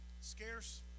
scarce